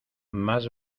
más